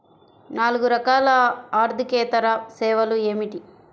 నాలుగు రకాల ఆర్థికేతర సేవలు ఏమిటీ?